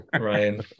Ryan